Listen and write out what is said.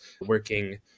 working